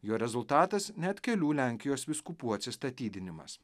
jo rezultatas net kelių lenkijos vyskupų atsistatydinimas